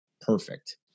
perfect